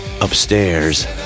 upstairs